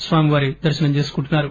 స్వామి వారి దర్శనం చేసుకుంటున్నారు